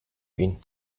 ihn